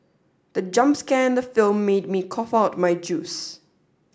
the jump scare the film made me cough out my juice